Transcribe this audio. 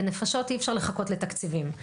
בנפשות אי אפשר לחכות לתקציבים.